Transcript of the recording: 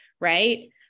right